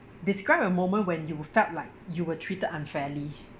describe a moment when you felt like you were treated unfairly